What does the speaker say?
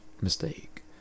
mistake